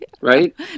right